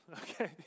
Okay